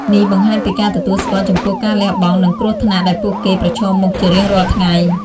នេះបង្ហាញពីការទទួលស្គាល់ចំពោះការលះបង់ និងគ្រោះថ្នាក់ដែលពួកគេប្រឈមមុខជារៀងរាល់ថ្ងៃ។